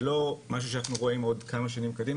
זה לא משהו שאנחנו רואים עוד כמה שנים קדימה,